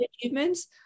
achievements